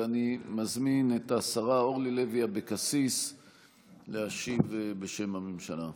ואני מזמין את השרה אורלי לוי אבקסיס להשיב בשם הממשלה.